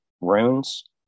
runes